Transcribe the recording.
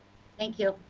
thank you,